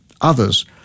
others